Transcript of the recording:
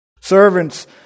Servants